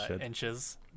Inches